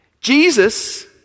Jesus